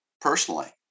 personally